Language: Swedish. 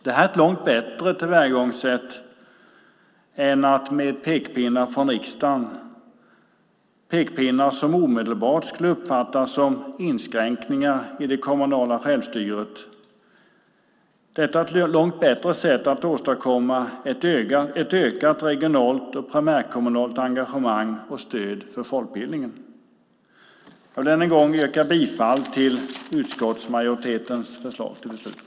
Det här är ett långt bättre tillvägagångssätt än pekpinnar från riksdagen, pekpinnar som omedelbart skulle uppfattas som inskränkningar i det kommunala självstyret, att åstadkomma ett ökat regionalt och primärkommunalt engagemang och stöd för folkbildningen. Än en gång yrkar jag bifall till utskottsmajoritetens förslag till beslut.